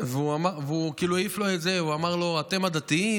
והוא כאילו העיף לו את זה ואמר לו: אתם הדתיים,